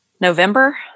November